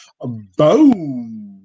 Boom